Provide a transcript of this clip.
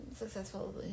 successful